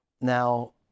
Now